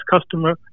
customer